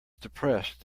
depressed